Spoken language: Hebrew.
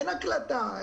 אין הקלטה.